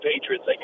Patriots